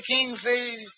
Kingfish